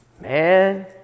Man